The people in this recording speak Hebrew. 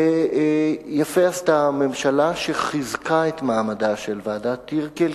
יפה עשתה הממשלה שחיזקה את מעמדה של ועדת-טירקל,